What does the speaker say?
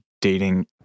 dating